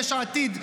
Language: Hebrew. יש עתיד,